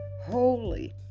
holy